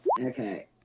Okay